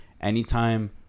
anytime